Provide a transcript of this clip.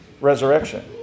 resurrection